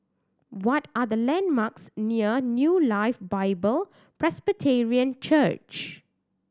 what are the landmarks near New Life Bible Presbyterian Church